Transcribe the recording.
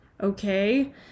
okay